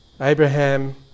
Abraham